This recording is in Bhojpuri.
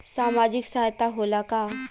सामाजिक सहायता होला का?